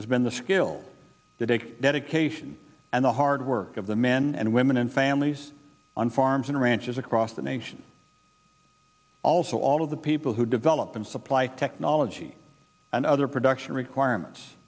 has been the skill to take dedication and the hard work of the men and women and families on farms and ranches across the nation also all of the people who develop and supply technology and other production requirements